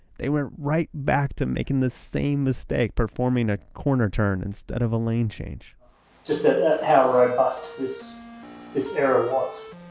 they went right back to making the same mistake, performing performing a corner turn instead of a lane change just so how robust this this error was.